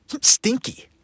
Stinky